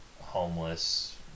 homeless